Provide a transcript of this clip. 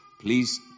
Please